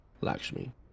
Lakshmi